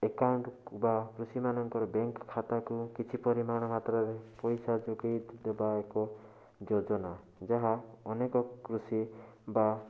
account କୁ ବା କୃଷି ମାନଙ୍କର ବ୍ୟାଙ୍କ ଖାତାକୁ କିଛି ପରିମାଣ ମାତ୍ରାରେ ପଇସା ଯୋଗାଇ ଦେବା ଏକ ଯୋଜନା ଯାହା ଅନେକ କୃଷି ବା